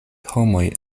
homoj